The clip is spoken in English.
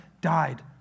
died